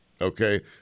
Okay